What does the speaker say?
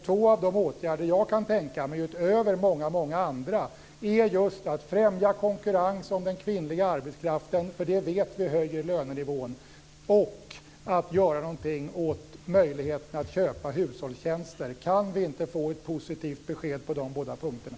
Två av de åtgärder som jag kan tänka mig utöver många andra är just att man främjar konkurrens om den kvinnliga arbetskraften - vi vet att det höjer lönenivån - och att man gör någonting åt möjligheten att köpa hushållstjänster. Kan vi inte få ett positivt besked på de båda punkterna?